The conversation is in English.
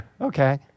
Okay